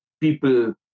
people